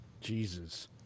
Jesus